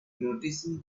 noticing